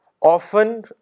Often